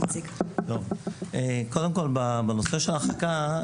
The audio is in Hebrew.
קודם כל במקרה של החקיקה,